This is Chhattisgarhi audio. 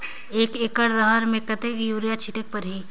एक एकड रहर म कतेक युरिया छीटेक परही?